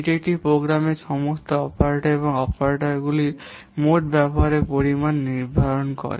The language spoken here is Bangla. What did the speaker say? এটি একটি প্রোগ্রামে সমস্ত অপারেটর এবং অপারেটরগুলির মোট ব্যবহারের পরিমাণ নির্ধারণ করে